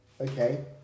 Okay